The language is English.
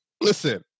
Listen